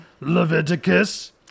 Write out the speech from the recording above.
Leviticus